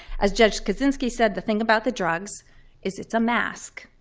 as judge kozinski said, the thing about the drugs is it's a mask.